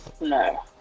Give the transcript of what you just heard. no